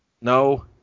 No